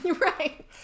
right